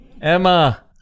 Emma